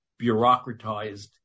bureaucratized